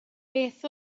beth